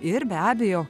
ir be abejo